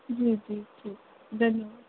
जी जी जी धन्यवाद